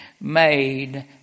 made